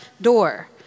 door